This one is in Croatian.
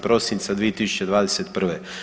Prosinca 2021.